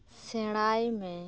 ᱥᱮᱬᱟᱭ ᱢᱮ